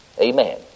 Amen